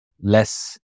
less